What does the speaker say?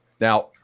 Now